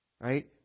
right